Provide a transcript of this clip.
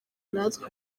natwe